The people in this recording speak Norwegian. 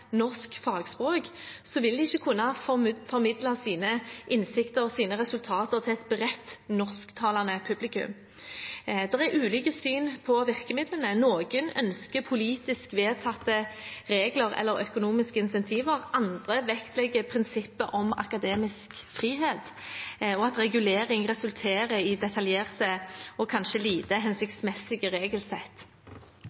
norsk fagspråk vil de ikke kunne formidle sine innsikter og sine resultater til et bredt, norsktalende publikum. Det er ulike syn på virkemidlene. Noen ønsker politisk vedtatte regler eller økonomiske insentiver. Andre vektlegger prinsippet om akademisk frihet, og at regulering resulterer i detaljerte og kanskje lite